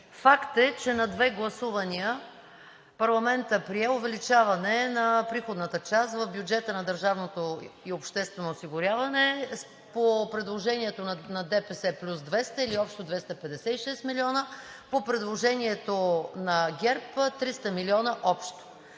Факт е, че на две гласувания парламентът прие увеличаване на приходната част в бюджета на държавното обществено осигуряване по предложението на ДПС плюс 200, или общо 256 милиона, по предложението на ГЕРБ – 300 милиона общо.